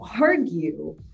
argue